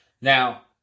Now